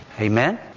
Amen